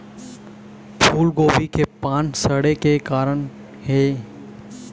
फूलगोभी के पान सड़े के का कारण ये?